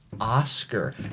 Oscar